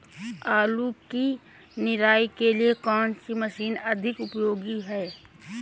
आलू की निराई के लिए कौन सी मशीन अधिक उपयोगी है?